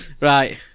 Right